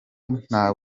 nta